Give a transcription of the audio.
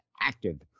active